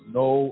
no